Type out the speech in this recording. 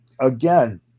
again